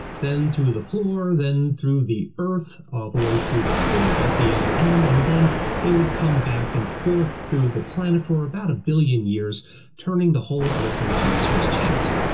then through the floor, then through the earth, all the way through the core, out the other end, and then it would come back and forth through the planet for about a billion years turning the whole earth into swiss cheese.